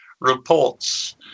reports